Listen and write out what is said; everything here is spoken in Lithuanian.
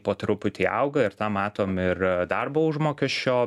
po truputį auga ir tą matom ir darbo užmokesčio